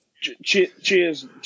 Cheers